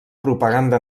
propaganda